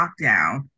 lockdown